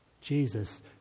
Jesus